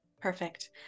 Perfect